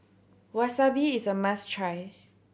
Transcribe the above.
wasabi is a must try